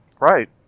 Right